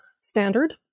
standard